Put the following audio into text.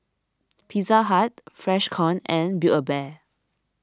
Pizza Hut Freshkon and Build A Bear